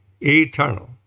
eternal